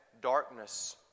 darkness